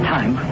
time